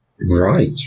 Right